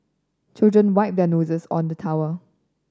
children wipe their noses on the towel